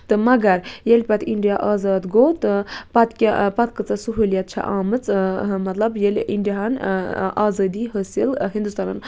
تہٕ مگر ییٚلہِ پَتہٕ اِنڈیا آزاد گوٚو تہٕ پَتہٕ کیاہ پَتہٕ کۭژاہ سہولیت چھِ آمٕژ مَطلَب ییٚلہِ اِنڈیا ہَن آزٲدی حٲصل ہِندُستانَن